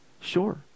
Sure